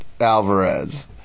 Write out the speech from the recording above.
Alvarez